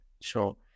sure